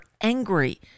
angry